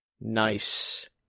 Nice